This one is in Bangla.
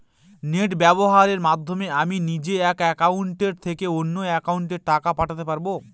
নেট ব্যবহারের মাধ্যমে আমি নিজে এক অ্যাকাউন্টের থেকে অন্য অ্যাকাউন্টে টাকা পাঠাতে পারব?